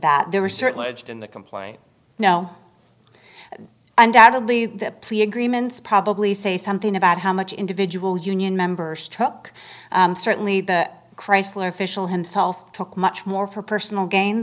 that there were certainly edged in the complaint no undoubtedly the plea agreements probably say something about how much individual union members truck certainly the chrysler official himself took much more for personal gain